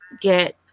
get